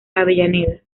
avellaneda